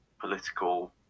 political